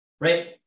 right